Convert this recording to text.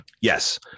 yes